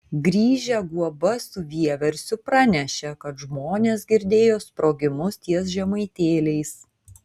grįžę guoba su vieversiu pranešė kad žmonės girdėjo sprogimus ties žemaitėliais